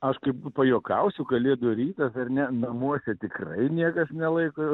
aš kaip pajuokausiu kalėdų rytas ar ne namuose tikrai niekas nelaiko